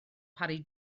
parry